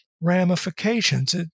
ramifications